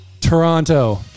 Toronto